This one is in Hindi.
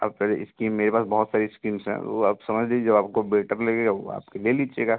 आप पहले इस्कीम मेरे पास बहुत सारी इस्कीम्स हैं वो आप समझ लीजिए जो आपको बेटर लगेगा वो आ कर ले लीजिएगा